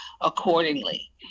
accordingly